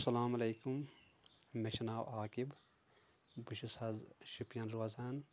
اسلام علیکُم مےٚ چھُ ناو عاقب بہٕ چھُس حظ شُپیان روزان